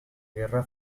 guerra